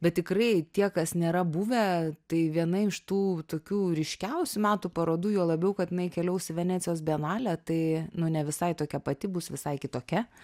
bet tikrai tie kas nėra buvę tai viena iš tų tokių ryškiausių metų parodų juo labiau kad jinai keliaus į venecijos bienalę tai nu ne visai tokia pati bus visai kitokia